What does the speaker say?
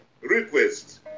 request